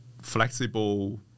flexible